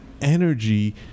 energy